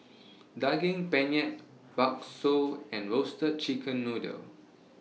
Daging Penyet Bakso and Roasted Chicken Noodle